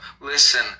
listen